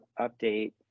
update